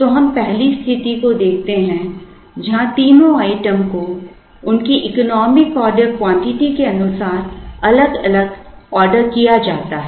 तो हम पहली स्थिति को देखते हैं जहां तीनों आइटम को उनकी इकोनॉमिक ऑर्डर क्वांटिटी के अनुसार अलग अलग ऑर्डर किया जाता है